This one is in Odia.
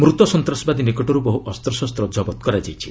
ମୃତ ସନ୍ତାସବାଦୀ ନିକଟରୁ ବହୁ ଅସ୍ତଶସ୍ତ ଜବତ କରାଯାଇଛି